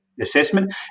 assessment